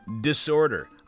disorder